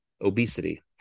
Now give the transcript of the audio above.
obesity